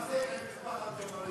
אל תתעסק עם משפחת ג'בארין,